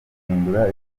guhindura